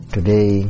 Today